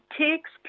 takes